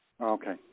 Okay